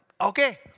Okay